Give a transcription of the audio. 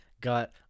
got